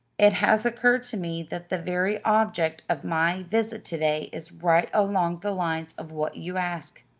it has occurred to me that the very object of my visit to-day is right along the lines of what you ask.